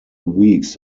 weeks